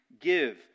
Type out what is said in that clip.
give